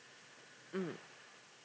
mm